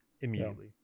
immediately